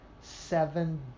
seven